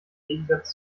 gegensatz